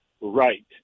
Right